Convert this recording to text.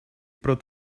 pro